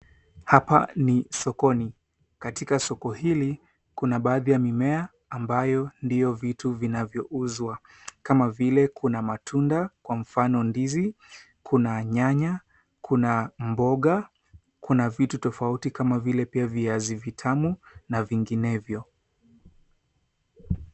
Hapa ni sokoni. Katika soko hili, kuna baadhi ya mimea ambayo ndiyo vitu vinavyouzwa kama vile kuna matunda, kwa mfano ndizi, kuna nyanya, kuna mboga, kuna vitu tofauti kama vile pia viazi vitamu na vinginevyo.